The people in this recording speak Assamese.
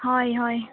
হয় হয়